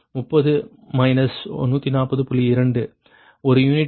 2 ஒரு யூனிட் 1